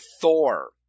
Thor